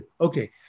Okay